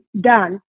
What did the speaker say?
done